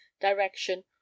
direction